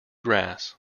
grass